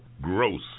Gross